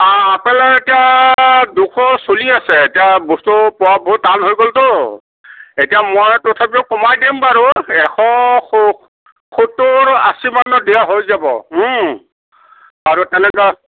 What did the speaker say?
অঁ আপেলৰ এতিয়া দুশ চলি আছে এতিয়া এতিয়া বস্তু পোৱা বহুত টান হৈ গ'লতো এতিয়া মই তথাপিও কমাই দিম বাৰু এশ স সত্তৰ আশী মানত দিয়া হৈ যাব আৰু তেনেকৈ